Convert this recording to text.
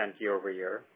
year-over-year